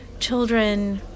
children